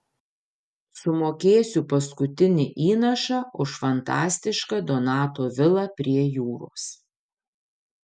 sumokėsiu paskutinį įnašą už fantastišką donato vilą prie jūros